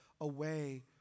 away